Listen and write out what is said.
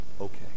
okay